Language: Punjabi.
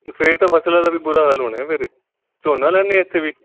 ਫਿਰ ਤਾਂ ਫਸਲਾਂ ਦਾ ਵੀ ਬੁਰਾ ਹਾਲ ਹੋਣਾ ਫਿਰ ਝੋਨਾ ਲਾਂਦੇ ਇੱਥੇ ਵੀ